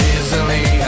Easily